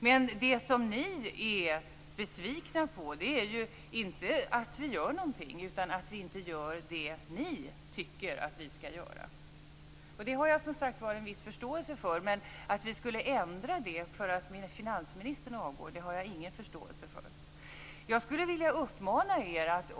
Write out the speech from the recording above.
Men det som ni är besvikna på är ju inte att vi gör någonting utan att vi inte gör det ni tycker att vi skall göra. Det har jag som sagt var en viss förståelse för, men att vi skulle ändra detta för att finansministern avgår har jag ingen förståelse för. Jag skulle vilja rikta en uppmaning till er.